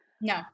No